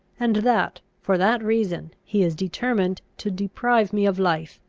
and that, for that reason, he is determined to deprive me of life.